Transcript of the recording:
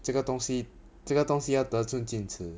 这个东西这个东西要得寸进尺